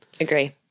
Agree